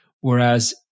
Whereas